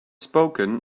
spoken